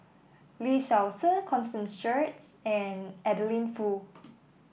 Lee Seow Ser Constance Sheares and Adeline Foo